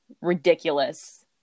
ridiculous